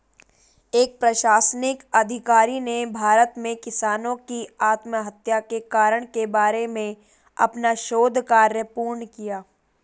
एक प्रशासनिक अधिकारी ने भारत में किसानों की आत्महत्या के कारण के बारे में अपना शोध कार्य पूर्ण किया